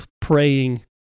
praying